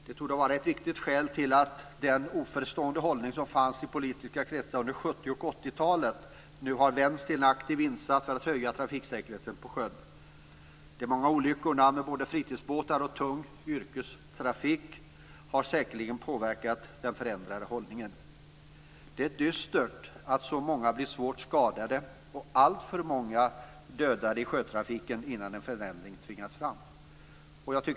Det torde vara ett viktigt skäl till att den oförstående hållning som fanns i politiska kretsar under 70 och 80-talen nu har vänts till en aktiv insats för att höja trafiksäkerheten på sjön. De många olyckorna med både fritidsbåtar och tung yrkestrafik har säkerligen påverkat den förändrade hållningen. Det är dystert att så många blir svårt skadade och alltför många dödade i sjötrafiken innan en förändring har tvingats fram.